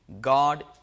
God